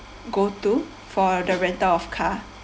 go to for the rental of car